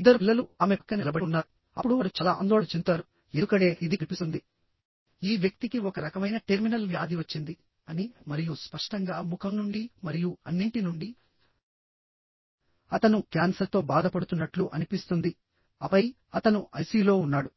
ఇద్దరు పిల్లలు ఆమె పక్కన నిలబడి ఉన్నారు అప్పుడు వారు చాలా ఆందోళన చెందుతారు ఎందుకంటే ఇది కనిపిస్తుంది ఈ వ్యక్తికి ఒక రకమైన టెర్మినల్ వ్యాధి వచ్చింది అనిమరియు స్పష్టంగాముఖం నుండి మరియు అన్నింటి నుండి అతను క్యాన్సర్తో బాధపడుతున్నట్లు అనిపిస్తుంది ఆపై అతను ఐసియులో ఉన్నాడు